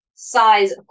size